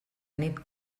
nit